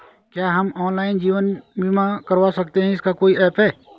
क्या हम ऑनलाइन जीवन बीमा करवा सकते हैं इसका कोई ऐप है?